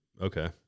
Okay